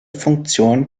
funktion